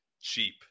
cheap